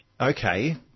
Okay